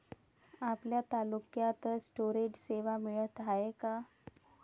आपल्या तालुक्यात स्टोरेज सेवा मिळत हाये का?